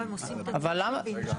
בסדר?